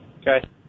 Okay